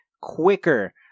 quicker